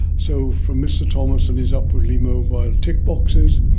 so for mr thomas and his upwardly mobile tick boxes,